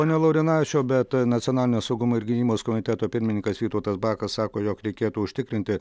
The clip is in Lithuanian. pone laurinavičiau bet nacionalinio saugumo ir gynybos komiteto pirmininkas vytautas bakas sako jog reikėtų užtikrinti